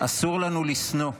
אסור לנו לשנוא,